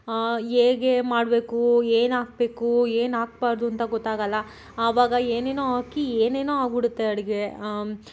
ಹೇಗೆ ಮಾಡಬೇಕು ಏನು ಹಾಕ್ಬೇಕು ಏನು ಹಾಕ್ಬಾರ್ದು ಅಂತ ಗೊತ್ತಾಗೋಲ್ಲ ಆವಾಗ ಏನೇನೋ ಹಾಕಿ ಏನೇನೋ ಆಗ್ಬಿಡುತ್ತೆ ಅಡುಗೆ